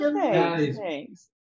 Thanks